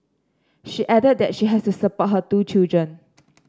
she added that she has to support her two children